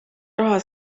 raha